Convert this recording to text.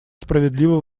справедливо